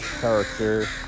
character